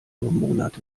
monate